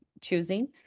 choosing